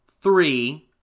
three